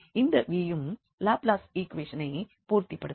இந்த v யும் Laplace ஈக்குவேஷனைப் பூர்த்திபடுத்தும்